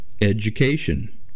education